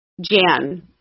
Jan